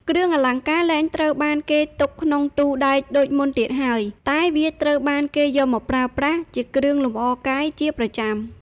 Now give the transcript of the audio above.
គ្រឿងអលង្ការលែងត្រូវបានគេទុកក្នុងទូដែកដូចមុនទៀតហើយ តែវាត្រូវបានគេយកមកប្រើប្រាស់ជាគ្រឿងលម្អកាយជាប្រចាំ។